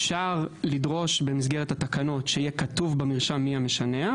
אפשר לדרוש במסגרת התקנות שיהיה כתוב במרשם מי המשנע,